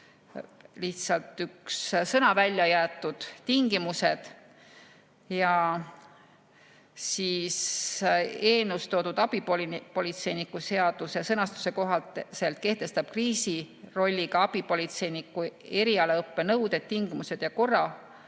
lihtsalt üks sõna välja jäetud: tingimused. Eelnõus toodud abipolitseiniku seaduse sõnastuse kohaselt kehtestab kriisirolliga abipolitseiniku erialaõppe nõuded, tingimused ja korra